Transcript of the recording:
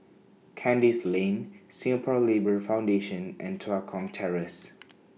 Kandis Lane Singapore Labour Foundation and Tua Kong Terrace